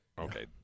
okay